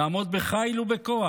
נעמוד בחיל ובכוח,